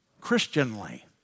Christianly